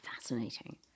fascinating